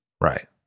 right